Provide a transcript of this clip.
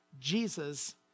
Jesus